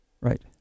Right